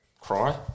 cry